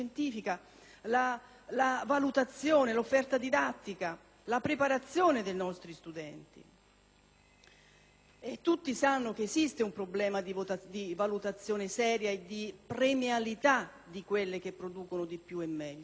la valutazione, l'offerta didattica, la preparazione dei nostri studenti. Tutti sanno che esiste un problema di valutazione seria e di premialità delle università che producono di più e meglio, però